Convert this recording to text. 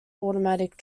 automatic